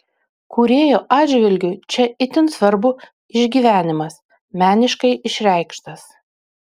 kūrėjo atžvilgiu čia itin svarbu išgyvenimas meniškai išreikštas